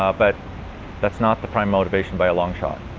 ah but that's not the prime motivation by a longshot.